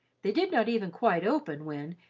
they did not even quite open when,